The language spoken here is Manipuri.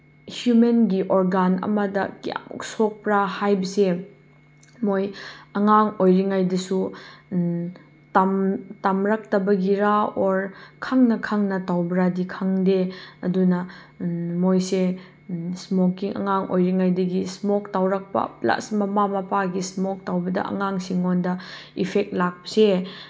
ꯍ꯭ꯌꯨꯃꯦꯟꯒꯤ ꯑꯣꯔꯒꯥꯟ ꯑꯃꯗ ꯀꯌꯥꯃꯨꯛ ꯁꯣꯛꯄ꯭ꯔꯥ ꯍꯥꯏꯕꯁꯤ ꯃꯣꯏ ꯑꯉꯥꯡ ꯑꯣꯏꯔꯤꯉꯩꯗꯁꯨ ꯇꯝꯂꯛꯇꯕꯒꯤꯔꯥ ꯑꯣꯔ ꯈꯪꯅ ꯈꯪꯅ ꯇꯧꯕ꯭ꯔꯥꯗꯤ ꯈꯪꯗꯦ ꯑꯗꯨꯅ ꯃꯣꯏꯁꯦ ꯏꯁꯃꯣꯀꯤꯡ ꯑꯉꯥꯡ ꯑꯣꯏꯔꯤꯉꯥꯏꯗꯒꯤ ꯏꯁꯃꯣꯛ ꯇꯧꯔꯛꯄ ꯄ꯭ꯂꯁ ꯃꯃꯥ ꯃꯄꯥꯒꯤ ꯏꯁꯃꯣꯛ ꯇꯧꯕꯗ ꯑꯉꯥꯡꯁꯤꯡꯉꯣꯟꯗ ꯏꯐꯦꯛ ꯂꯥꯛꯄꯁꯦ